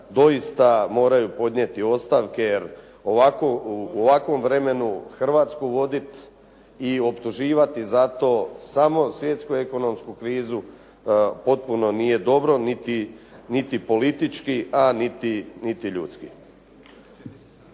doista moraju podnijeti ostavke. Jer u ovakvom vremenu Hrvatsku vodit i optuživati za to samo svjetsku ekonomsku krizu potpuno nije dobro niti politički, a niti ljudski.